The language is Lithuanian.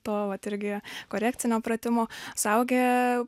to vat irgi korekcinio pratimo suaugę